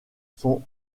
sont